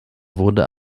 wurde